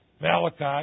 Malachi